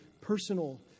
personal